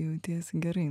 jautiesi gerai